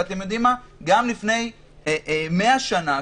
וגם לפני 100 שנים,